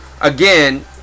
again